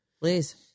Please